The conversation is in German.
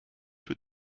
für